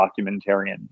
documentarian